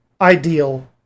ideal